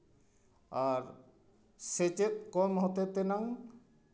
ᱟᱨ ᱥᱮᱪᱮᱫ ᱠᱚᱢ ᱦᱚᱛᱮ ᱛᱮᱱᱟᱝ